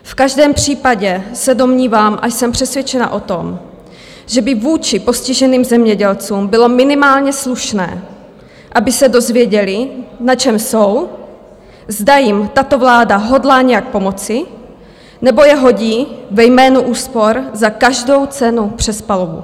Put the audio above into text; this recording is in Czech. V každém případě se domnívám a jsem přesvědčena o tom, že by vůči postiženým zemědělcům bylo minimálně slušné, aby se dozvěděli, na čem jsou, zda jim tato vláda hodlá nějak pomoci, nebo je hodí ve jménu úspor za každou cenu přes palubu.